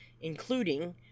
including